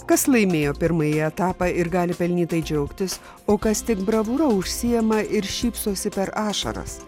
kas laimėjo pirmąjį etapą ir gali pelnytai džiaugtis o kas tik bravūra užsiima ir šypsosi per ašaras